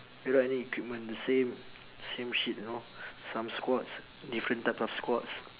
without any equipment the same same shit you know some squats different type of squats